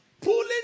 pulling